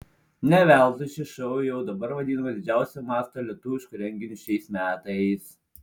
ne veltui šis šou jau dabar vadinamas didžiausio masto lietuvišku renginiu šiais metais